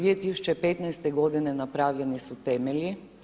2015. godine napravljeni su temelji.